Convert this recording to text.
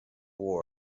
war